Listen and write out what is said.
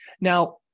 now